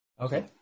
Okay